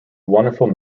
wonderful